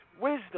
wisdom